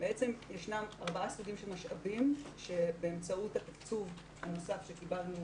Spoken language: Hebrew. יש ארבעה סוגים של משאבים שבאמצעות התקצוב הנוסף שקיבלנו